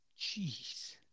Jeez